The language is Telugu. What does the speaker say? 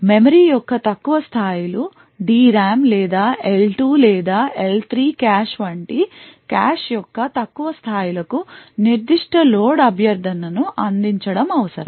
మెమరీ యొక్క తక్కువ స్థాయిలు DRAM లేదా L2 లేదా L3 కాష్ వంటి కాష్ యొక్క తక్కువ స్థాయిలకు నిర్దిష్ట లోడ్ అభ్యర్థనను అందించడం అవసరం